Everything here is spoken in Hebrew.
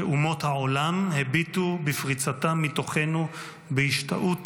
שאומות העולם הביטו בפריצתם מתוכנו בהשתאות